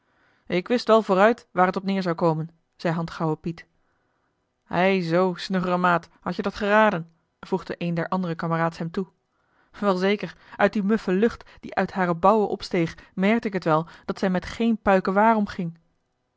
ik wist wel vooruit waar het op neêr zou komen zei handgauwe piet ei zoo snuggere maat hadt je dat geraden voegde een der andere kameraads hem toe wel zeker uit die muffe lucht die uit hare bouwen opsteeg merkte ik het wel dat zij met geen puike